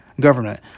Government